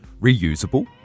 reusable